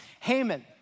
Haman